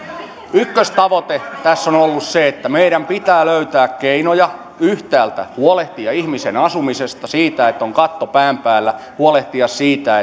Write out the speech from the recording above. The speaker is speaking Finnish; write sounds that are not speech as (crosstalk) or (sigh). ykköstavoite tässä on on ollut se että meidän pitää löytää keinoja yhtäältä huolehtia ihmisen asumisesta siitä että on katto pään päällä huolehtia siitä (unintelligible)